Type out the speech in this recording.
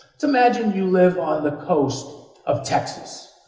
just imagine you live on the coast of texas,